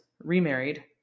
remarried